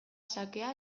xakea